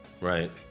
right